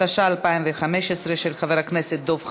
התשע"ה 2015, של חבר הכנסת דב חנין.